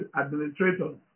administrators